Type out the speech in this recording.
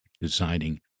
designing